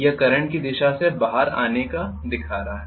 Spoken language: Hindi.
यह करंट की दिशा से बाहर आने का दिखा रहा है